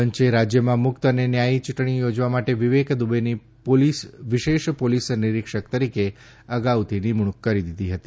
પંચે રાજ્યમાં મુક્ત અને ન્યાયી ચૂંટણી યોજવા માટે વિવેક દુબેની વિશેષ પોલીસ નિરિક્ષક તરીકે અગાઉ નિમણૂક કરી દીધી ફતી